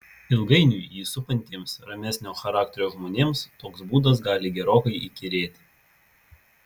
ilgainiui jį supantiems ramesnio charakterio žmonėms toks būdas gali gerokai įkyrėti